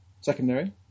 secondary